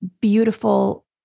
beautiful